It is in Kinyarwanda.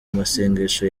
masengesho